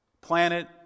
planet